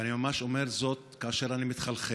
ואני ממש מתחלחל כאשר אני אומר זאת,